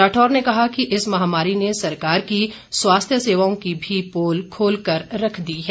राठौर ने कहा कि इस महामारी ने सरकार की स्वास्थ्य सेवाओं की भी पोल खोल कर रख दी है